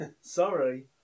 Sorry